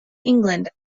england